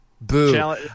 Boo